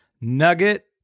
nugget